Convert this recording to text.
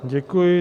Děkuji.